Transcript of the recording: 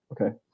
okay